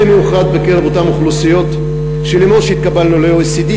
במיוחד בקרב אותן אוכלוסיות שאף שהתקבלנו ל-OECD,